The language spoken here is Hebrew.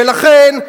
לכן,